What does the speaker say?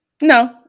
No